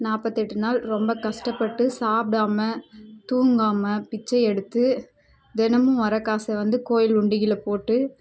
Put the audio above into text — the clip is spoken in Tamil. நாற்பத்தெட்டு நாள் ரொம்ப கஷ்டப்பட்டு சாப்பிடாம தூங்காமல் பிச்சை எடுத்து தினமும் வர காசை வந்து கோவில் உண்டியலில் போட்டு